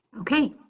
okay.